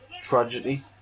Tragedy